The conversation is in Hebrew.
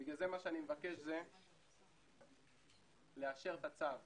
אני מבקש לאשר את הצו